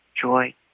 joy